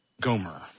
Gomer